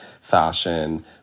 fashion